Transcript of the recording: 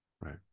right